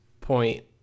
point